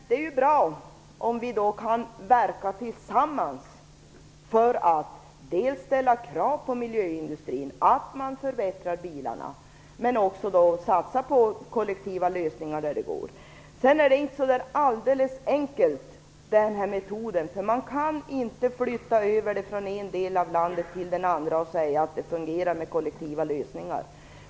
Det är bra om vi kan verka tillsammans för att dels ställa krav på miljöindustrin att den skall förbättra bilarna, dels satsa på kollektiva lösningar där det går. Men det är inte alldeles enkelt, för man kan inte flytta över från den ena delen av landet till den andra och säga att det skall fungera med kollektiva lösningar.